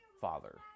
father